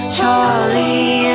Charlie